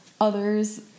others